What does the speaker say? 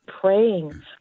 praying